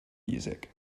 music